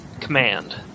command